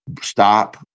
Stop